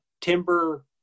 timber